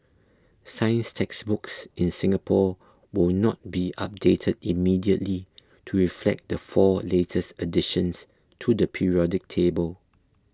science textbooks in Singapore will not be updated immediately to reflect the four latest additions to the periodic table